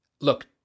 look